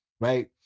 Right